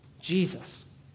Jesus